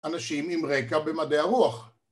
אנשים עם רקע במדעי הרוח